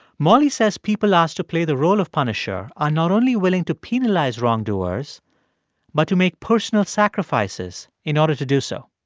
molly says people asked to play the role of punisher are not only willing to penalize wrongdoers but to make personal sacrifices in order to do so